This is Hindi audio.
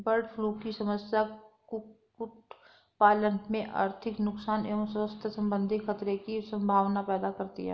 बर्डफ्लू की समस्या कुक्कुट पालन में आर्थिक नुकसान एवं स्वास्थ्य सम्बन्धी खतरे की सम्भावना पैदा करती है